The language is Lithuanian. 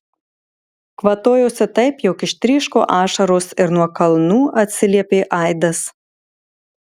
kvatojosi taip jog ištryško ašaros ir nuo kalnų atsiliepė aidas